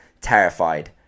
terrified